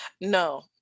no